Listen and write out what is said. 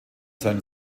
sein